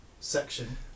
section